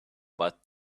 about